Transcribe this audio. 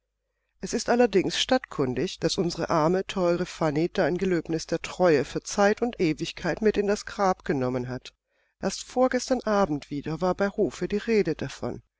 es ist allerdings stadtkundig daß unsere arme teure fanny dein gelöbnis der treue für zeit und ewigkeit mit in das grab genommen hat erst vorgestern abend wieder war bei hofe die rede davon